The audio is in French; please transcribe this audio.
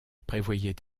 prévoyait